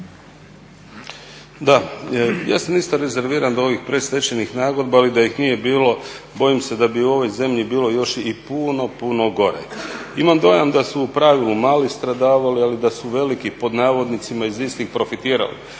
Da, ja sam isto rezerviran oko ovih predstečajnih nagodbi, ali da ih nije bilo bojim se da bi u ovoj zemlji bilo još i puno, puno gore. Imam dojam da su u pravilu mali stradavali, ali da su velik "iz istih profitirali".